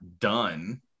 done